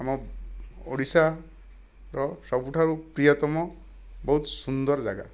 ଆମ ଓଡ଼ିଶାର ସବୁଠାରୁ ପ୍ରିୟତମ ବହୁତ ସୁନ୍ଦର ଜାଗା